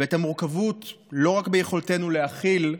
ואת המורכבות לא רק ביכולתנו להכיל,